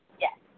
Yes